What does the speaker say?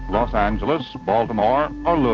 los angeles, baltimore or